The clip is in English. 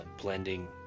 blending